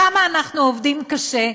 כמה אנחנו עובדים קשה,